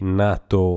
nato